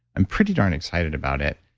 i'm pretty darn excited about it.